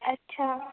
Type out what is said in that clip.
আচ্ছা